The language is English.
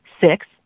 Six